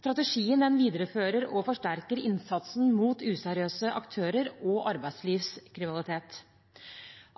Strategien viderefører og forsterker innsatsen mot useriøse aktører og arbeidslivskriminalitet.